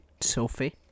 Sophie